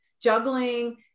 juggling